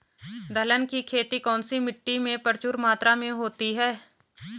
दलहन की खेती कौन सी मिट्टी में प्रचुर मात्रा में होती है?